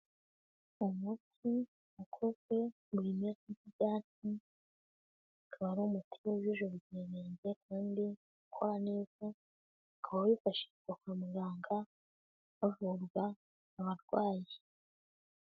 Umuti ukozwe mu bimera by'ibyatsi, ukaba ari umuti w'ujuje ubuziranenge kandi ukora neza, ukaba wifashishwa kwa muganga havurwa abarwayi.